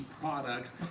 products